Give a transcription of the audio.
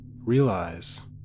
Realize